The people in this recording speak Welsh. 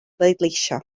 bleidleisio